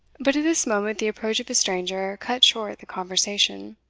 but at this moment the approach of a stranger cut short the conversation.